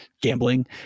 gambling